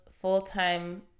full-time